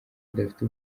udafite